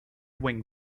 wing